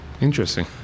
Interesting